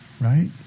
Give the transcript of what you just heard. right